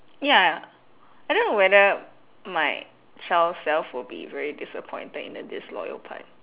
ya I don't know whether my child self will be very disappointed in the disloyal part